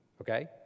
okay